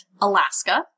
Alaska